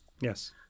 Yes